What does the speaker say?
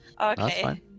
Okay